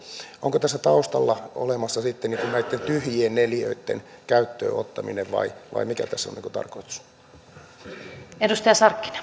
onko tässä taustalla sitten näitten tyhjien neliöitten käyttöönottaminen vai vai mikä tässä on tarkoitus